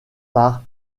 par